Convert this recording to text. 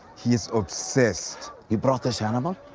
he is obsessed. you brought this animal?